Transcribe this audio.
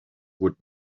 would